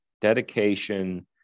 dedication